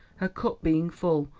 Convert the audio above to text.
her cup being full,